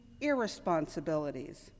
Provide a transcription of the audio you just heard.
irresponsibilities